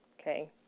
Okay